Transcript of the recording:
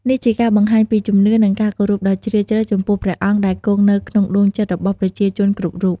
នេះជាការបង្ហាញពីជំនឿ និងការគោរពដ៍ជ្រាលជ្រៅចំពោះព្រះអង្គដែលគង់នៅក្នុងដួងចិត្តរបស់ប្រជាជនគ្រប់រូប។